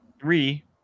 Three